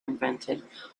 invented